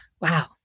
Wow